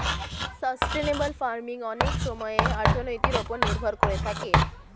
sustainable farming অনেক সময়ে অর্থনীতির ওপর নির্ভর করে থাকে